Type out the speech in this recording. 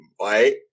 right